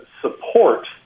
support